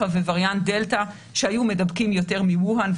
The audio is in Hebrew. ווריאנט דלתא שהיו מדבקים יותר מווהאן,